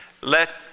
Let